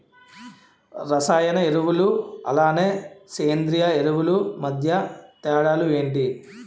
రసాయన ఎరువులు అలానే సేంద్రీయ ఎరువులు మధ్య తేడాలు ఏంటి?